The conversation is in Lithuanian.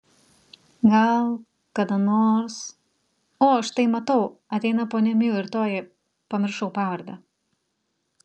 gal kada nors o štai matau ateina ponia miu ir toji pamiršau pavardę